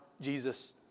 Jesus